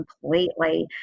completely